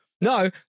No